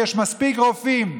ויש מספיק רופאים.